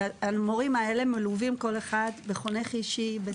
וכל אחד מהמורים האלה מלווה בחונך אישי.